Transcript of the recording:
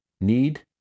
need